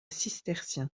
cisterciens